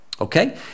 okay